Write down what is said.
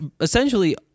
essentially